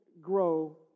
grow